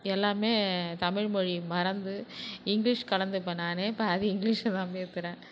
எல்லாமே தமிழ்மொழி மறந்து இங்கிலீஷ் கலந்து இப்போ நானே பாதி இங்கிலீஷ்ல தான் பேசுகிறேன்